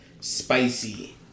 spicy